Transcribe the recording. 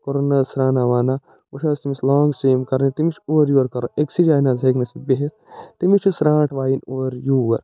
کوٚرُن نَہ حظ سرانا وانا وِچھِ حظ تٔمِس لانٛگ سُیِم کَرٕنۍ تٔمِس چھِ اورٕ یور کَرُن أکسٕے جایہِ نَہ حظ ہٮ۪کہِ نہٕ سُہ بِہتھ تٔمِس چھُ سرانٛٹھ وایِنۍ اورٕ یور